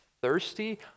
thirsty